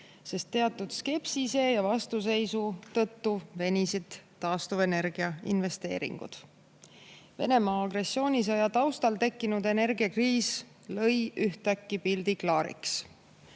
sest teatud skepsise ja vastuseisu tõttu venisid investeeringud taastuvenergiasse. Venemaa agressioonisõja taustal tekkinud energiakriis lõi ühtäkki pildi klaariks.